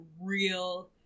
real